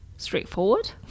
Straightforward